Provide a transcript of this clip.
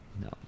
no